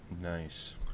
nice